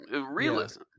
Realism